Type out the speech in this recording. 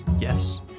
Yes